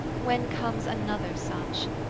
when comes another such?